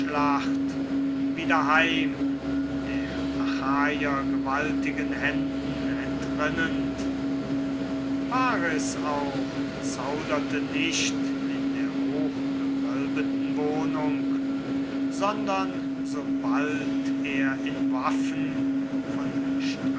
da erhob der strahlende hektor paris auch zauderte nicht in der hochgewölbeten wohnung sondern sobald er in waffen von